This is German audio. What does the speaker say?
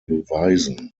beweisen